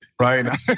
Right